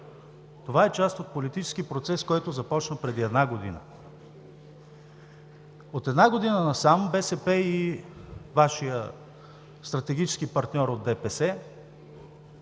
Това е част от политически процес, който започна преди една година. От една година насам БСП и Вашият стратегически партньор от ДПС